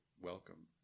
welcome